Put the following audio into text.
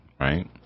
right